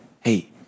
hey